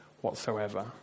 whatsoever